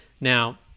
now